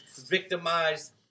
victimized